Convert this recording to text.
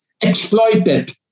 exploited